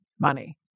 money